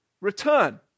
return